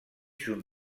sous